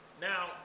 Now